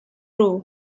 row